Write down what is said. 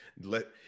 Let